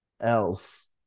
else